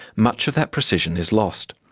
much of that precision is lost.